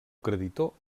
creditor